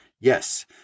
Yes